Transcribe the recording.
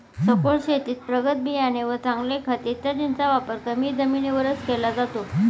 सखोल शेतीत प्रगत बियाणे व चांगले खत इत्यादींचा वापर कमी जमिनीवरच केला जातो